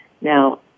Now